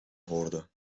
hoorde